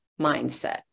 mindset